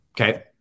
Okay